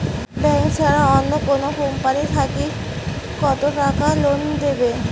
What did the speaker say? Bank ছাড়া অন্য কোনো কোম্পানি থাকি কত টাকা লোন দিবে?